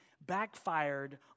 backfired